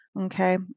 Okay